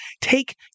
take